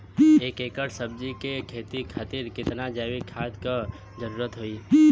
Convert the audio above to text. एक एकड़ सब्जी के खेती खातिर कितना जैविक खाद के जरूरत होई?